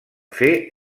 fer